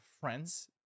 friends